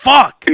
Fuck